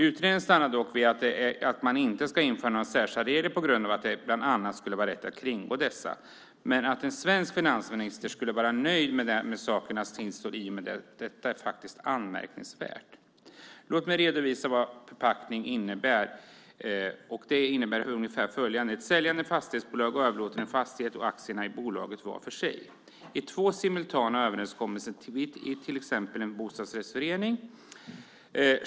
Utredningen stannade dock vid att man inte ska införa några särskilda regler på grund av att det bland annat skulle vara lätt att kringgå dessa. Men att en svensk finansminister skulle vara nöjd med sakernas tillstånd i och med detta är anmärkningsvärt. Låt mig redovisa vad förpackning innebär: Ett säljande fastighetsbolag överlåter en fastighet och aktierna i bolaget var för sig i två simultana överenskommelser, till exempel en bostadsrättsförening.